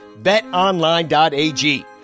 BetOnline.ag